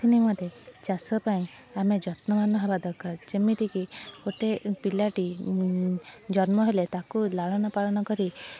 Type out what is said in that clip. ଏଥି ନିମନ୍ତେ ଚାଷ ପାଇଁ ଆମେ ଯତ୍ନବାନ ହେବା ଦରକାର ଯେମିତିକି ଗୋଟେ ପିଲାଟି ଜନ୍ମ ହେଲେ ତାକୁ ଲାଳନ ପାଳନ କରି